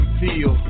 feel